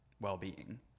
well-being